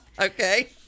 Okay